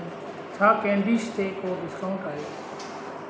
छा केंडिस ते को डिस्काऊंट आहे